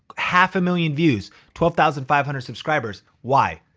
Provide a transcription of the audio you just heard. half a million views, twelve thousand five hundred subscribers. why?